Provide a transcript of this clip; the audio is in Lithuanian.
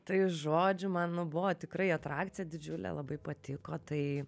tai žodžiu mano buvo tikrai atrakcija didžiulė labai patiko tai